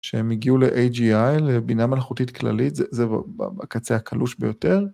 ‫שהם הגיעו ל-AGI, לבינה מלאכותית כללית, ‫זה הקצה הקלוש ביותר.